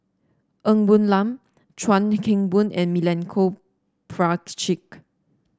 Ng Woon Lam Chuan Keng Boon and Milenko Prvacki